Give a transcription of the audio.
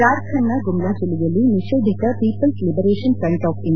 ಜಾರ್ಖಂಡ್ನ ಗುಮ್ಹಾ ಜಿಲ್ಲೆಯಲ್ಲಿ ನಿಷೇಧಿತ people's liberation front of he